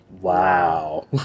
Wow